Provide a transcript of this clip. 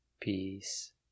peace